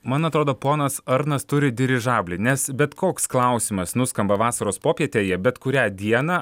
man atrodo ponas arnas turi dirižablį nes bet koks klausimas nuskamba vasaros popietėje bet kurią dieną